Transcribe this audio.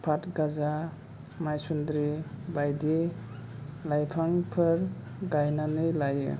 फादगाजा माइसुन्द्रि बायदि लाइफांफोर गाइनानै लायो